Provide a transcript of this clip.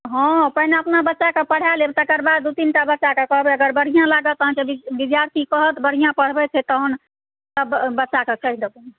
हँ पहिने अपना बच्चाकेँ पढ़ा लेब तकर बाद दू तीन टा बच्चाकेँ कहबै अगर बढ़िआँ लागत अहाँकेँ विद्यार्थी कहत बढ़िआँ पढ़बैत छै तहन सभबच्चाकेँ कहि देबै